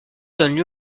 donnent